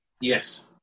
Yes